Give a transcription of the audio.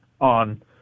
on